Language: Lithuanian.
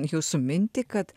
jūsų mintį kad